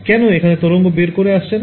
কেন এখানে তরঙ্গ বের হয়ে আসছে না